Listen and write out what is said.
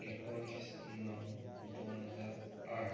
एकोणिस नऊ दोन हजार आठ